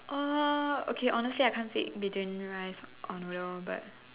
uh okay honestly I can't pick between rice or noodle but